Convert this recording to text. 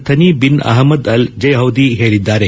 Thani bin Ahmed Al Zeyoudi ಹೇಳಿದ್ದಾರೆ